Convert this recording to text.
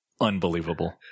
unbelievable